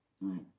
Right